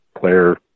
player